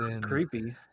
creepy